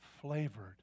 flavored